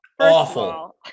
Awful